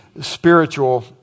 spiritual